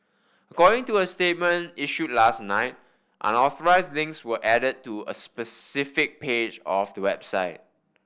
according to a statement issued last night unauthorised links were added to a specific page of the website